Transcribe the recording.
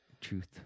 Truth